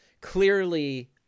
clearly